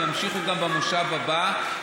ויימשכו גם במושב הבא,